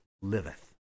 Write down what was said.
liveth